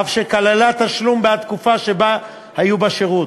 אף שכללה תשלום בעד תקופה שבה היו בשירות.